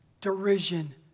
derision